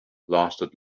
lasted